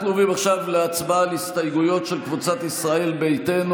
אנחנו עוברים עכשיו להצבעה על ההסתייגויות של קבוצת ישראל ביתנו.